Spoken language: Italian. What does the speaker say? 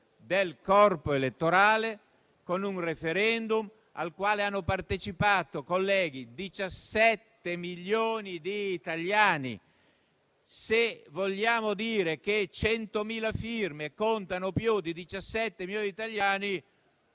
del corpo elettorale, con un *referendum* al quale hanno partecipato, colleghi, 17 milioni di italiani. Se vogliamo dire che 100.000 firme contano più di 17 milioni di italiani,